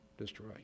destroy